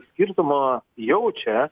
skirtumą jaučia